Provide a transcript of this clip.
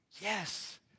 yes